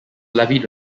levied